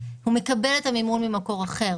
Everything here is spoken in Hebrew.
הוא מקבל את המימון ממקור אחר.